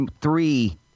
three